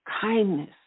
kindness